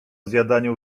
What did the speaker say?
zjadaniu